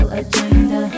agenda